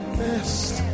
best